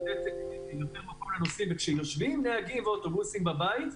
במקום לתת יותר מקום לנוסעים וכשיושבים נהגי אוטובוסים בבית,